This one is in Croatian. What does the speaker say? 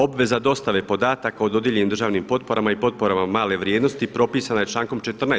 Obveza dostave podataka o dodijeljenim državnim potporama i potporama male vrijednosti propisana je člankom 14.